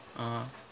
(uh huh)